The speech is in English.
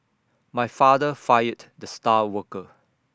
my father fired the star worker